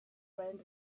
friend